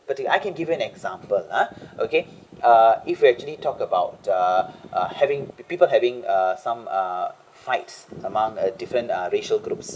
but I can give you an example ah okay uh if we actually talk about uh uh having people having uh some uh fights among a different uh racial groups